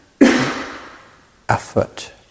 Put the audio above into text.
effort